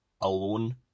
alone